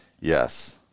Yes